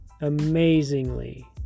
amazingly